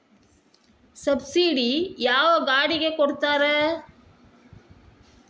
Subsidy ಯಾವ ಗಾಡಿಗೆ ಕೊಡ್ತಾರ?